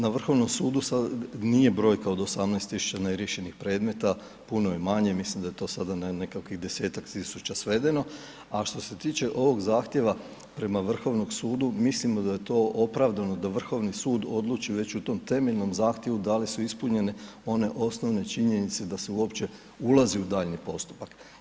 Na Vrhovnom sudu, sada nije brojka od 18 tisuća neriješenih predmeta, puno je manje, mislim da je to sada na nekakvih 10 tisuća svedeno, a što se tiče ovog zahtjeva prema Vrhovnom sudu, mislimo da je to opravdano, da Vrhovni sud, odluči već u tom temeljnom zahtjevu da li su ispunjene one osnovne činjenice da se uopće ulazi u daljnji postupak.